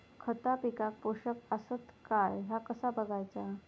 खता पिकाक पोषक आसत काय ह्या कसा बगायचा?